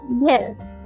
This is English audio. Yes